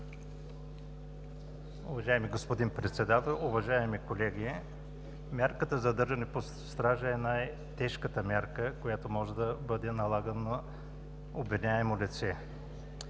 Уважаеми господин Председател, уважаеми колеги! Мярката „задържане под стража“ е най-тежката мярка, която може да бъде налагана на обвиняемо лице,